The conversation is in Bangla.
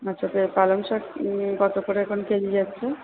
আচ্ছা তো পালংশাক কত করে এখন কেজি যাচ্ছে